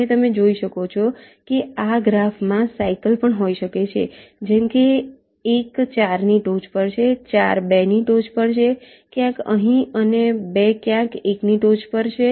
અને તમે જોઈ શકો છો કે આ ગ્રાફમાં સાઇકલ પણ હોઈ શકે છે જેમ કે એક 4 ની ટોચ પર છે 4 2 ની ટોચ પર છે ક્યાંક અહીં અને 2 ક્યાંક 1 ની ટોચ પર છે